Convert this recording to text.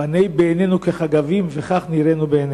ונהי בעינינו כחגבים וכך נראינו בעיניהם.